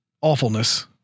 awfulness